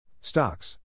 Stocks